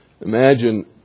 Imagine